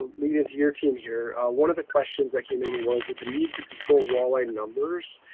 lead into your team here. one of the questions that came in was with a need to control walleye numbers,